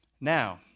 Now